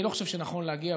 אני לא חושב שנכון להגיע,